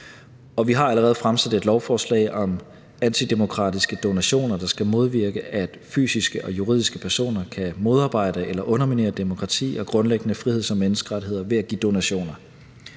Vi har allerede fremsat et lovforslag om antidemokratiske donationer, der skal modvirke, at fysiske og juridiske personer kan modarbejde eller underminere demokrati og grundlæggende friheds- og menneskerettigheder ved at give donationer.